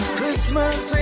Christmas